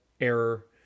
error